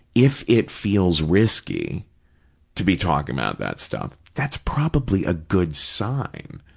if it feels risky to be talking about that stuff, that's probably a good sign.